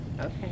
Okay